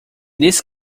this